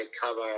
cover